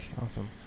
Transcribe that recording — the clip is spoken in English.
Awesome